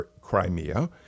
Crimea